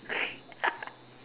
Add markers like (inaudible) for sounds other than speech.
(laughs)